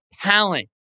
talent